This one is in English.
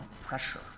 pressure